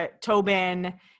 Tobin